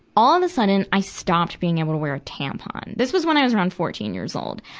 all of a sudden, i stopped being able to wear tampons. this was when i was around fourteen years old.